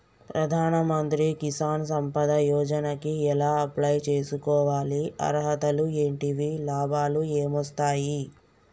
ప్రధాన మంత్రి కిసాన్ సంపద యోజన కి ఎలా అప్లయ్ చేసుకోవాలి? అర్హతలు ఏంటివి? లాభాలు ఏమొస్తాయి?